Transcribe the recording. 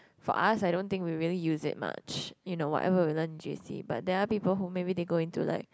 for us I don't think we really use it much you know whatever we learn in J_C but there are people who maybe they go into like